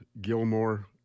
Gilmore